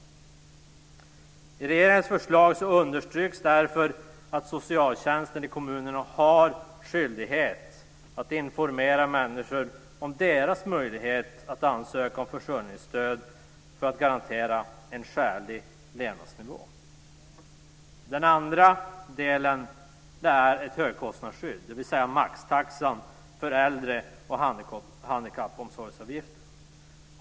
I regeringens förslag understryks därför att socialtjänsten i kommunerna har skyldighet att informera människor om deras möjlighet att ansöka om försörjningsstöd för att garantera en skälig levnadsnivå. Den andra delen är ett högkostnadsskydd, dvs.